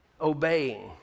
obeying